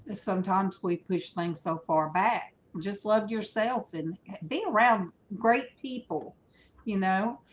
ah sometimes we push things so far back just love yourself and be around great people you know,